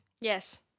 yes